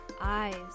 eyes